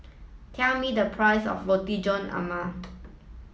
tell me the price of Roti John